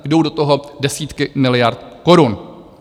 Jdou do toho desítky miliard korun.